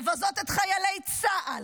לבזות את חיילי צה"ל,